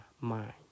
mind